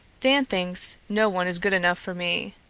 dan thinks no one is good enough for me.